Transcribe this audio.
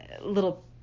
little